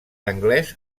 anglès